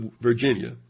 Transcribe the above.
Virginia